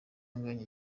anganya